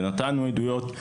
ונתנו עדויות.